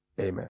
Amen